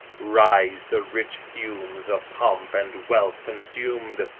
rise the rich fumes of pomp and wealth consumed.